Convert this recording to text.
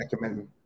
recommend